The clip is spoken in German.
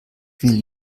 will